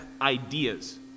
ideas